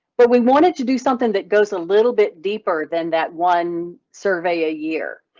but we wanted to do something that goes a little bit deeper than that one survey a year.